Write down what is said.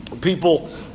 People